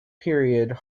period